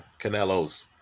Canelo's